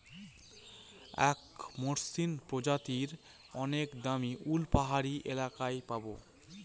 এক মসৃন প্রজাতির অনেক দামী উল পাহাড়ি এলাকায় পাবো